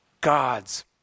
God's